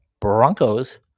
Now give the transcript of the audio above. Broncos